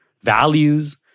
values